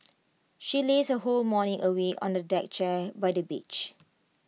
she lazed her whole morning away on A deck chair by the beach